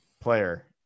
player